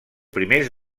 primers